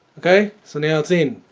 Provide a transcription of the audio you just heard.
okay so now it's in